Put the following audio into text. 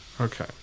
okay